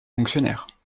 fonctionnaire